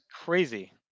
crazy